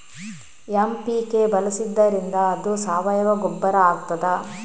MPK ಬಳಸಿದ್ದರಿಂದ ಅದು ಸಾವಯವ ಗೊಬ್ಬರ ಆಗ್ತದ?